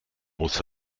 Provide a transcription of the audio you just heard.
muss